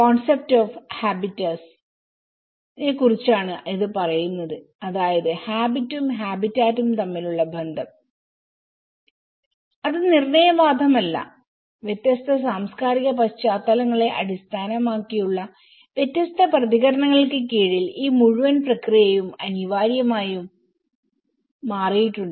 concept of habitus നെ കുറിച്ചാണ് ഇത് പറയുന്നത് അതായത് ഹാബിറ്റും ഹാബിറ്റാറ്റും തമ്മിലുള്ള ബന്ധം അത് നിർണയവാദം അല്ലവ്യത്യസ്ത സാംസ്കാരിക പശ്ചാത്തലങ്ങളെ അടിസ്ഥാനമാക്കിയുള്ള വ്യത്യസ്ത പ്രതികരണങ്ങൾക്ക് കീഴിൽ ഈ മുഴുവൻ പ്രക്രിയയും അനിവാര്യമായും മാറിയിട്ടുണ്ട്